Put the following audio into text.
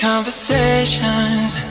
Conversations